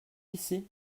ici